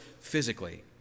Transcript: physically